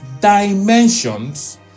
dimensions